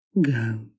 go